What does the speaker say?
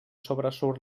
sobresurt